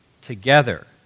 together